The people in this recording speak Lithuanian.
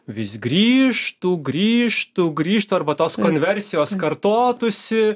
vis grįžtų grįžtų grįžtų arba tos konversijos kartotųsi